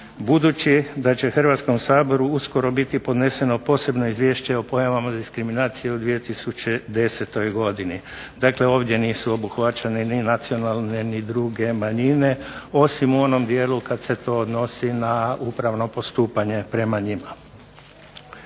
budući da će Hrvatskom saboru uskoro biti podneseno posebno izvješće o pojavama diskriminacije u 2010. godini. Dakle ovdje nisu obuhvaćene ni nacionalne ni druge manjine, osim u onom dijelu kad se to odnosi na upravno postupanje prema njima.